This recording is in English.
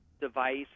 device